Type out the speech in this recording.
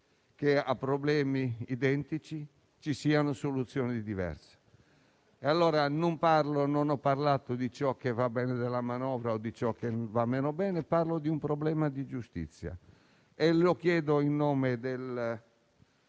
che a problemi identici ci siano soluzioni diverse. Non parlo e non ho parlato di ciò che va bene della manovra e di ciò che va meno bene. Parlo invece di un problema di giustizia, e lo chiedo a nome dei